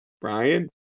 Brian